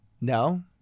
No